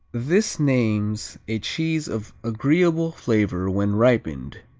this names a cheese of agreeable flavor when ripened,